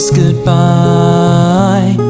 goodbye